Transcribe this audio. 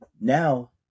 Now